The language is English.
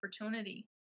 opportunity